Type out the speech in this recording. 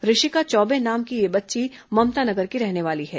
ऋषिका चौबे नाम की यह बच्ची ममता नगर की रहने वाली है